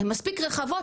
הן מספיק רחבות,